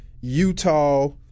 Utah